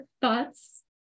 thoughts